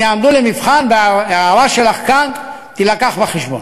הם יעמדו למבחן, וההערה שלך כאן תילקח בחשבון.